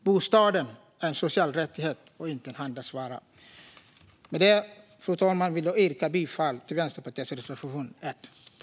Bostaden är en social rättighet och inte en handelsvara. Fru talman! Jag yrkar bifall till Vänsterpartiets reservation 1.